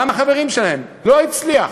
גם החברים שלהם לא הצליחו.